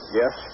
yes